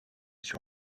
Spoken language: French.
sur